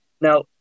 Now